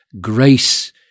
grace